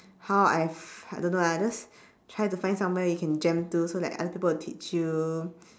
how I f~ I don't know ah just try to find somewhere you can jam to so that other people will teach you